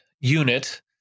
unit